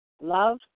love